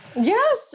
Yes